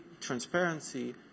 transparency